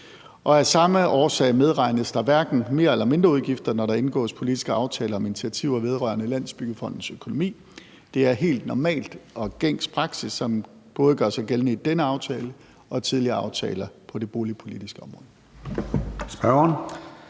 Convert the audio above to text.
Af samme årsag medregnes der hverken mer- eller mindreudgifter, når der indgås politiske aftaler om initiativer vedrørende Landsbyggefondens økonomi. Det er helt normal og gængs praksis, som både gør sig gældende i denne aftale og i tidligere aftaler på det boligpolitiske område.